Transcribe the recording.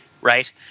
right